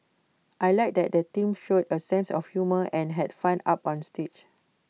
I Like that the teams showed A sense of humour and had fun up on stage